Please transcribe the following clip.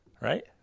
right